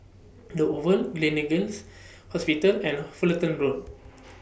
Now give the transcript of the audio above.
The Oval Gleneagles Hospital and Fullerton Road